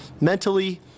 mentally